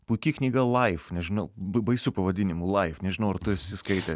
puiki knyga life nežinau b baisiu pavadinimu life nežinau ar tu esi skaitęs